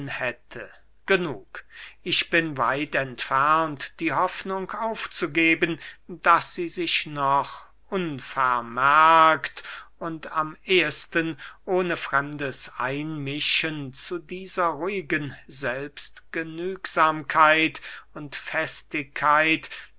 hätte genug ich bin weit entfernt die hoffnung aufzugeben daß sie sich noch unvermerkt und am ehesten ohne fremdes einmischen zu dieser ruhigen selbstgenügsamkeit und festigkeit